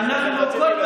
רציתי לדעת,